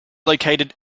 located